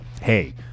Hey